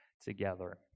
together